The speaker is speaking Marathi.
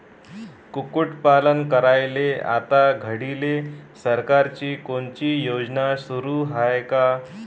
कुक्कुटपालन करायले आता घडीले सरकारची कोनची योजना सुरू हाये का?